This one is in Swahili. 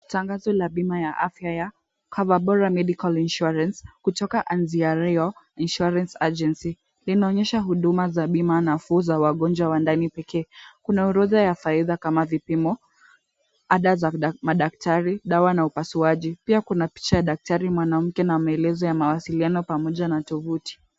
Tangazo la bima ya afya ya Cover Bora Medical Insurance kutoka Anziario Insurance Agency. Linaonyesha huduma za bima nafuu za wagonjwa wa ndani pekee. Kuna orodha ya faida kama vipimo, ada za madaktari, dawa na upasuaji. Pia kuna picha ya daktari mwanamke na maelezo ya mawasiliano pamoja na tovuti.